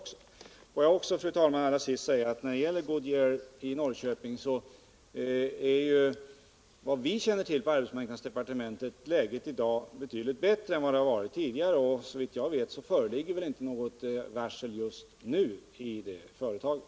Låt mig, fru talman, allra sist säga att när det gäller Goodyear i Norrköping är — så långt vi känner till på arbetsmarknadsdepartementet — läget i dag betydligt bättre än det varit tidigare. Och såvitt jag vet föreligger inte något varsel just nu i det företaget.